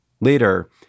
Later